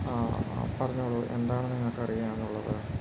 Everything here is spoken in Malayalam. ആ പറഞ്ഞോളൂ എന്താണ് നിങ്ങൾക്കറിയാനുള്ളത്